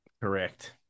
Correct